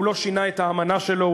הוא לא שינה את האמנה שלו,